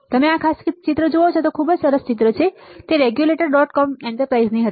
જો તમે આ ખાસ ચિત્ર જુઓ છો જે ખૂબ જ સરસ ચિત્ર છે તો તે રેગ્યુલેટર ડોટ કોમ એન્ટરપ્રાઈઝની હતી